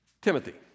Timothy